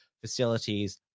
facilities